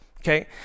Okay